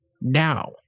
now